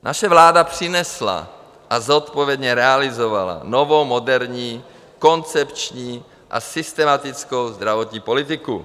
Naše vláda přinesla a zodpovědně realizovala novou, moderní, koncepční a systematickou zdravotní politiku.